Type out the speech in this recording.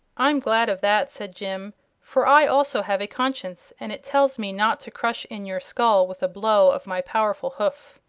i'm glad of that, said jim for i, also, have a conscience, and it tells me not to crush in your skull with a blow of my powerful hoof.